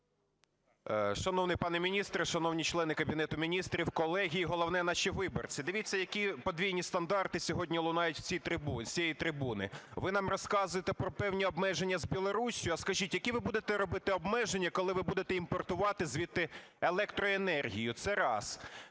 Шановний пане міністре, шановні члени Кабінету Міністрів, колеги і, головне, наші виборці, дивіться, які подвійні стандарти сьогодні лунають з цієї трибуни. Ви нам розказуєте про певні обмеження з Білоруссю, а скажіть, які ви будете робити обмеження, коли ви будете імпортувати звідти електроенергію? Це раз.